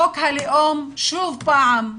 חוק הלאום, שוב פעם,